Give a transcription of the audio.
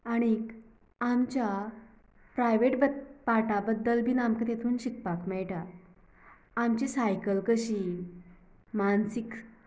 आनीक आमच्या प्रायवेट पार्टा बद्दल बीन आमकां तेतून शिकपाक मेळटा आमची सायकल कशी मानसीक